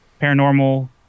paranormal